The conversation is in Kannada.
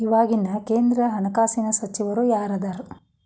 ಇವಾಗಿನ ಕೇಂದ್ರ ಹಣಕಾಸಿನ ಸಚಿವರು ಯಾರದರ